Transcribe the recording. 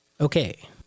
Okay